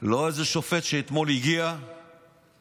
לא איזה שופט שאתמול הגיע והחליט